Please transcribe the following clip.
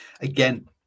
again